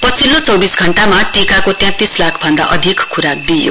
पछिल्लो चौंविस घण्टामा टीकाको तैंतिस लाख भन्दा अधिक खुराक दिइयो